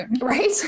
right